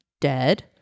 dead